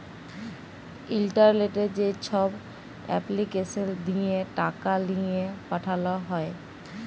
ইলটারলেটে যেছব এপলিকেসল দিঁয়ে টাকা লিঁয়ে পাঠাল হ্যয়